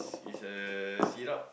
is a syrups